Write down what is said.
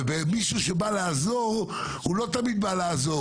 ומישהו שבא לעזור הוא לא תמיד בא לעזור,